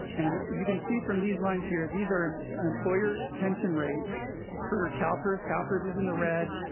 and you can see from these lines here, these are employer pension rates for calpers. calpers is in the red.